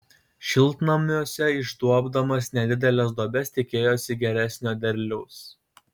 šiltnamiuose išduobdamas nedideles duobes tikėjosi geresnio derliaus